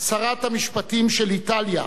שרת המשפטים של איטליה,